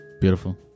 Beautiful